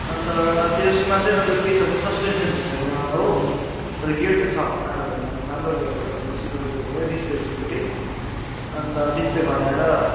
अन्त त्यसमा चाहिँ तपाईँको के छ भने सस्पेन्सन चाहिँ छैन हो तर गियर चाहिँ छ आठ हजारमा राम्रो गियर छ तपाईँको सिङ्गल गियर भयो डिस ब्रेक छ दुईवटै अन्त डिस्प्ले हटाएर